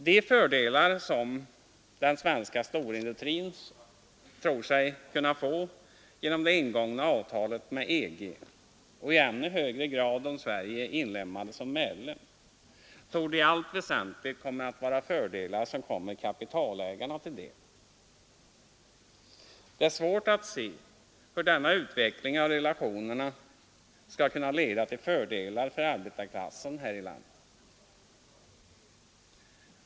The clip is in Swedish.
De fördelar som den svenska storindustrin tror sig kunna få genom det ingångna avtalet med EG, och i än högre grad om Sverige inlemmas som medlem, torde i allt väsentligt vara fördelar som kommer kapitalägarna till del. Det är svårt att se hur denna utveckling av relationerna skall kunna leda till fördelar för arbetarklassen här i landet.